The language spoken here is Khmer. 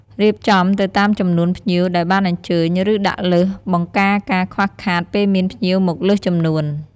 រៀបចំទៅតាមចំនួនភ្ញៀវដែលបានអញ្ជើញ ឬដាក់លើស បង្ការការខ្វះខាតពេលមានភ្ញៀរមកលើសចំនួន។